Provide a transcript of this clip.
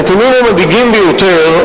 הנתונים המדאיגים ביותר,